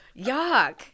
yuck